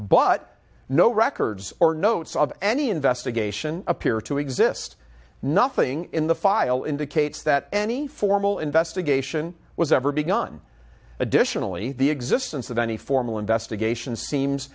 but no records or notes of any investigation appear to exist nothing in the file indicates that any formal investigation was ever begun additionally the existence of any formal investigation seems